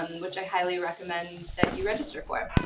um which i highly recommend that you register for.